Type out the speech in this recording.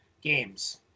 games